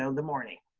so the morning.